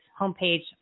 homepage